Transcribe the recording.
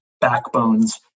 backbones